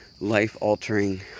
life-altering